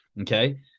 okay